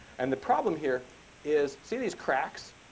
and the problem here is, see these cracks?